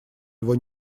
его